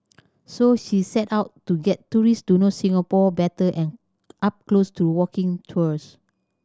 so she set out to get tourists to know Singapore better and up close to walking tours